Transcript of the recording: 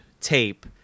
tape